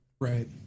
right